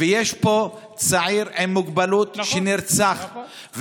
ויש פה צעיר עם מוגבלות שנרצח,